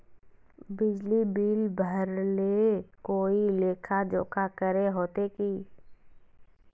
बिजली बिल भरे ले कोई लेखा जोखा करे होते की?